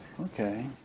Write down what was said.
Okay